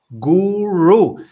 guru